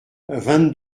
vingt